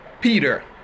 Peter